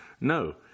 No